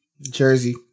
Jersey